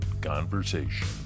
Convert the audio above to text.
Conversation